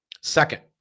Second